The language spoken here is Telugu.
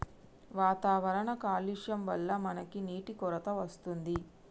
వాతావరణ కాలుష్యం వళ్ల మనకి నీటి కొరత వస్తుంది